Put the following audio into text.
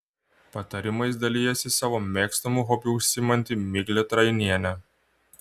patarimais dalijasi savo mėgstamu hobiu užsiimanti miglė trainienė